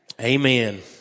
Amen